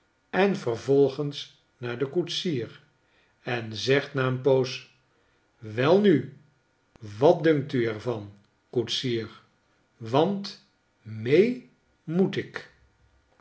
en vervolgens naar den koetsier en zegt na een poos welnu wat dunkt u er van koetsier want mee moet ik